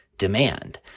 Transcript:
demand